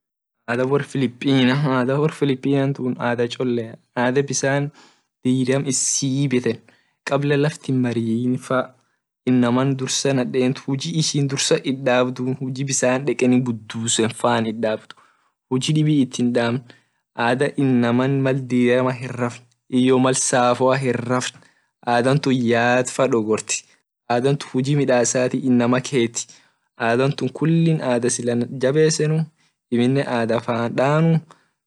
Ada wor philippine tun ada cholea bisan diram itsibeten kabla laftin hinbarii faa naden dursa huji ishin itdabd huji dekeni bisan budusen faa ada inama mal diram hinraf iyo mal safoa hinrafn ada tun yadafa dogort ada tun huji midasati dogort ada tun kulli ada sila jabesenu amine ada fan danuu.